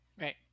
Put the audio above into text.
Right